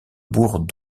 bourg